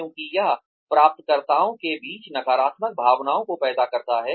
क्योंकि यह प्राप्तकर्ताओं के बीच नकारात्मक भावनाओं को पैदा करता है